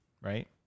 right